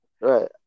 Right